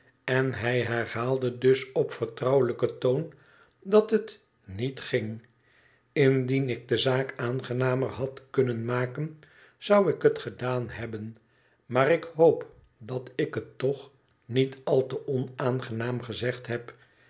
en hij herhaalde dus op vertrouweiijken toon dat het niet ging indien ik de zaak aangenamer had kunnen afmaken zou ik het gedaan hebben maar ik hoop dat ik het toch niet al te onaangenaam gezegd heb